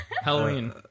Halloween